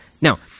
Now